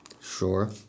Sure